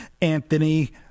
Anthony